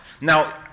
now